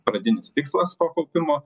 pradinis tikslas to kaupimo